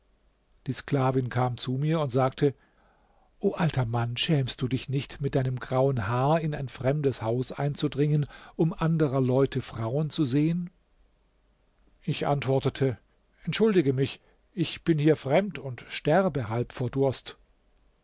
die sklavin kam zu mir und sagte o alter mann schämst du dich nicht mit deinem grauen haar in ein fremdes haus einzudringen um anderer leute frauen zu sehen ich antwortete entschuldige mich ich bin hier fremd und sterbe halb vor durst